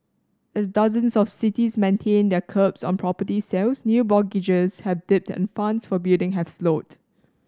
as dozens of cities maintain their curbs on property sales new mortgages have dipped and funds for building have slowed